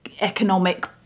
economic